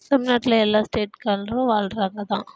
தமிழ்நாட்டில் எல்லா ஸ்டேட்காரங்களும் வாழ்றாங்க தான்